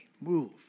Move